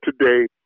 today